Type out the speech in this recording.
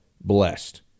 blessed